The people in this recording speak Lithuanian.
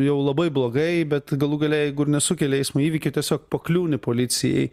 jau labai blogai bet galų gale jeigu ir nesukeli eismo įvykį tiesiog pakliūni policijai